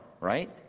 right